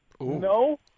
No